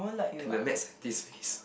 and the Maths and this face